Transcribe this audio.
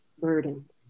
burdens